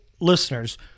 listeners